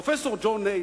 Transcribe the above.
פרופסור ג'ו ניי,